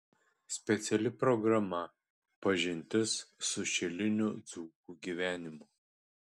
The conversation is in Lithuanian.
speciali programa pažintis su šilinių dzūkų gyvenimu